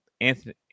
Anthony